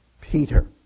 Peter